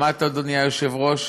שמעת, אדוני היושב-ראש?